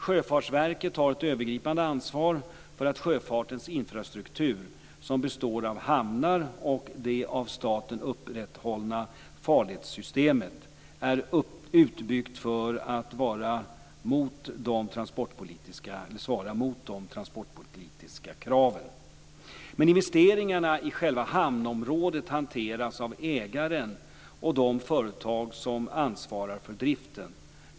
Sjöfartsverket har ett övergripande ansvar för att sjöfartens infrastruktur, som består av hamnarna och det av staten upprätthållna farledssystemet, är utbyggd för att svara mot de transportpolitiska kraven. Investeringarna i själva hamnområdet hanteras dock av ägaren och de företag som ansvarar för driften.